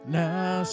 now